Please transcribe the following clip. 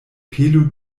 pelu